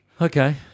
Okay